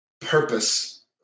purpose